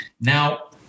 Now